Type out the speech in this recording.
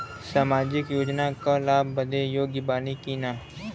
सामाजिक योजना क लाभ बदे योग्य बानी की नाही?